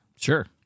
Sure